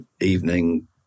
evening